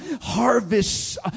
harvests